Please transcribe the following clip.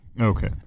okay